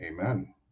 amen